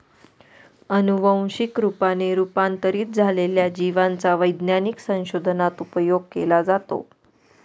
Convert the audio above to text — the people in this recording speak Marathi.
अनुवंशिक रूपाने रूपांतरित झालेल्या जिवांचा वैज्ञानिक संशोधनात उपयोग केला जातो